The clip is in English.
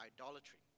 idolatry